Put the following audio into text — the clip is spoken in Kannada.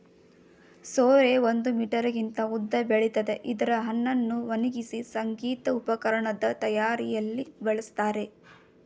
ಸೋರೆ ಒಂದು ಮೀಟರ್ಗಿಂತ ಉದ್ದ ಬೆಳಿತದೆ ಇದ್ರ ಹಣ್ಣನ್ನು ಒಣಗ್ಸಿ ಸಂಗೀತ ಉಪಕರಣದ್ ತಯಾರಿಯಲ್ಲಿ ಬಳಸ್ತಾರೆ